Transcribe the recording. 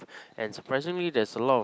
and surprisingly there's a lot of